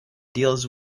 deals